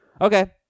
Okay